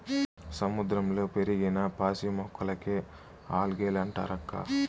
సముద్రంలో పెరిగిన పాసి మొక్కలకే ఆల్గే లంటారక్కా